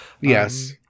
Yes